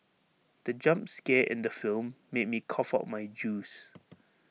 the jump scare in the film made me cough out my juice